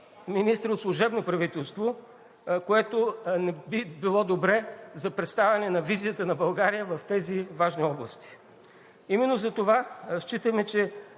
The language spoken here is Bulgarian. министри от служебно правителство, което не би било добре за представяне на визията на България в тези важни области. Именно затова считаме, че